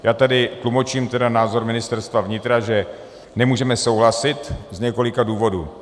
Já tady tlumočím názor Ministerstva vnitra, že nemůžeme souhlasit z několika důvodů.